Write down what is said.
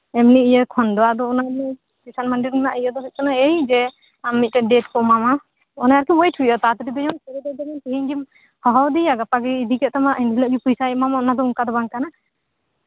ᱮᱢᱱᱤ ᱤᱭᱟᱹ ᱠᱷᱚᱱ ᱫᱚ ᱟᱫᱚ ᱚᱱᱟ ᱜᱮ ᱠᱤᱥᱟᱱ ᱢᱟᱱᱰᱤ ᱨᱮᱱᱟᱜ ᱤᱭᱟᱹ ᱫᱚ ᱦᱩᱭᱩᱜ ᱠᱟᱱᱟ ᱡᱮ ᱤᱧ ᱡᱮ ᱟᱢ ᱢᱤᱫᱴᱮᱡ ᱰᱮᱴ ᱠᱚ ᱮᱢᱟᱢᱟ ᱚᱱᱟ ᱥᱚᱢᱚᱭ ᱨᱮ ᱦᱩᱭᱩᱜᱼᱟ ᱛᱟᱲᱟᱛᱟᱲᱤ ᱡᱮᱢᱚᱱ ᱛᱤᱦᱤᱧ ᱜᱮᱢ ᱦᱚᱦᱚᱣᱟᱫᱮᱭᱟ ᱜᱟᱯᱟ ᱜᱮᱭ ᱤᱫᱤ ᱠᱮᱛ ᱛᱟᱢᱟ ᱛᱤᱥ ᱯᱚᱭᱥᱟᱭ ᱮᱢᱟᱭᱟ ᱚᱱᱟ ᱫᱚ ᱚᱱᱠᱟ ᱫᱚ ᱵᱟᱝ ᱠᱟᱱᱟ